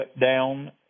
down